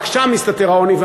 רק שם מסתתר העוני,